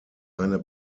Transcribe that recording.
eine